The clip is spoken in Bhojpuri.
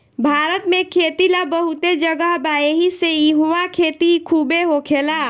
भारत में खेती ला बहुते जगह बा एहिसे इहवा खेती खुबे होखेला